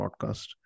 podcast